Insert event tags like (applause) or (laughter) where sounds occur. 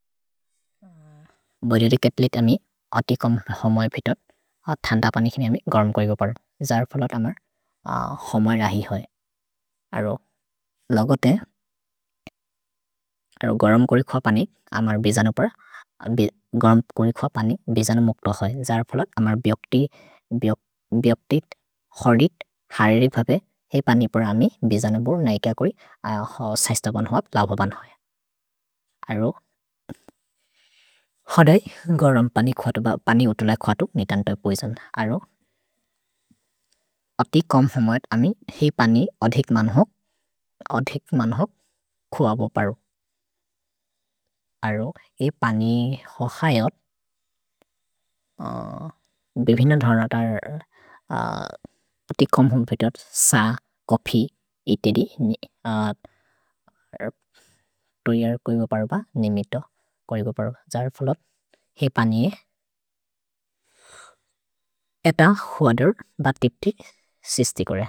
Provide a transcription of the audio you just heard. भरिरि केत्लित् अमि अतिकम् हमए फितत् अ थन्त पनिकिनि अमि गरम् कोइ गो पर् जर् फलत् अमर् हमए रहि होइ अरो लगते (hesitation) अरो गरम् कोरिकुअ पनि अमर् बिजनु पर् गरम् कोरिकुअ पनि बिजनु मुक्त होइ जर् फलत् अमर् ब्यक्ति ब्यक्तित् हरित् हरेरि भपे हेइ पनि पर् अमि बिजनु बोर् नैक्य कोरि सैस्तगोन् होअप् लभोबन् होइ अरो होदै गरम् पनि उतुले खुअतु मितन्त पोइजन् अरो (hesitation) अतिकम् हमए अमि हेइ पनि अधेक् मन् होक् अधेक् मन् होक् खुअबो परु अरो हेइ पनि हो खयोत् (hesitation) बेबिनन् धरतर् (hesitation) अतिकम् हमए फितत् स कोफि इतेदि नि तुयेर् कोरिकुअ परु ब निमितो कोरिकुअ परु ब जर् फलत् हेइ पनि (hesitation) एत हुअदुर् बतिति सिस्ति कोरे।